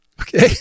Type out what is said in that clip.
okay